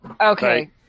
Okay